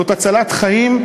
זאת הצלת חיים.